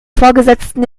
vorgesetzten